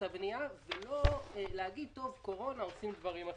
הבנייה ולא להגיד שבקורונה עושים דברים אחרים.